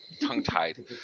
tongue-tied